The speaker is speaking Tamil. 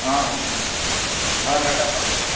ஆ ஓகேங்க சார் அதலாம் கரெக்டாக பார்த்துக்குவேன் சார்